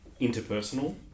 interpersonal